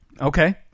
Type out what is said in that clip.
Okay